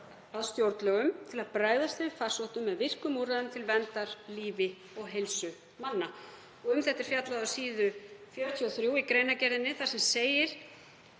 að stjórnlögum til að bregðast við farsóttum með virkum úrræðum til verndar lífi og heilsu manna. Um þetta er fjallað á síðu 43 í greinargerðinni þar sem segir: